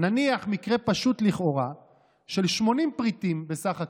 נניח מקרה פשוט לכאורה של 80 פריטים בסך הכול,